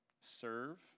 serve